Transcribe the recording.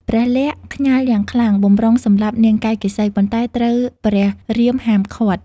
ព្រះ លក្សណ៍ខ្ញាល់យ៉ាងខ្លាំងបម្រុងសម្លាប់នាងកៃកេសី ប៉ុន្តែត្រូវព្រះរាមហាមឃាត់។